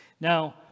Now